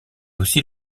aussi